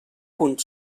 punt